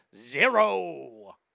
zero